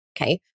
okay